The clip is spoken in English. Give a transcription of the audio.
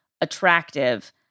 attractive